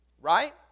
Right